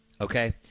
Okay